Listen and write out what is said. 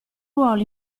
ruolo